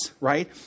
right